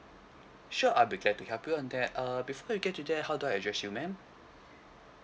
sure I'll be glad to help you on that uh before you get to that how do I address you ma'am